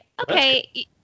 okay